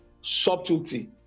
subtlety